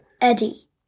Eddie